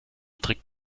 trick